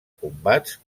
combats